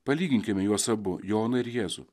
palyginkime juos abu joną ir jėzų